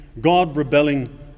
God-rebelling